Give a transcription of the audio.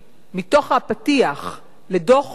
כל דבר כזה דורש את הבדיקה שלו.